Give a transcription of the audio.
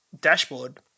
dashboard